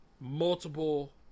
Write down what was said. multiple